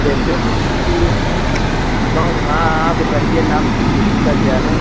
जैसे मतलब कि कौन हाँ हाँ बताइए नाम बताइए इसका क्या है